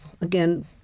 again